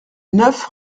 neuf